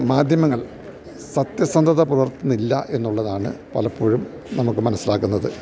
മാധ്യമങ്ങൾ സത്യസന്ധത പുലർത്തുന്നില്ല എന്നുള്ളതാണു പലപ്പോഴും നമുക്കു മനസ്സിലാകുന്നത്